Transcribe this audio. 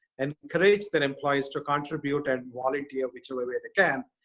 and encourage their employees to contribute and volunteer whichever way way they can,